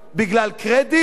בגלל קרדיט?